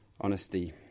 honesty